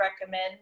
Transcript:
recommend